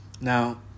Now